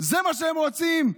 זה מה שהם רוצים.